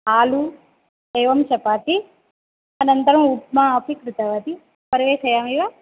आलू एवं चपाति अनन्तरम् उप्मा अपि कृतवती परिवेसयामि वा